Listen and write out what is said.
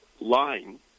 lying